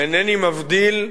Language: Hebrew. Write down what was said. אינני מבדיל,